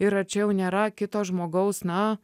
ir ar čia jau nėra kito žmogaus na